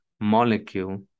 molecule